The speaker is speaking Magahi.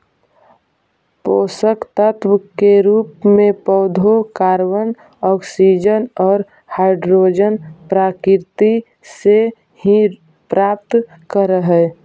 पोषकतत्व के रूप में पौधे कॉर्बन, ऑक्सीजन और हाइड्रोजन प्रकृति से ही प्राप्त करअ हई